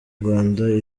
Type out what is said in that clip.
rwanda